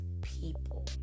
people